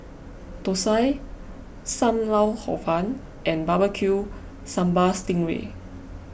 Thosai Sam Lau Hor Fun and Barbecue Sambal Sting Ray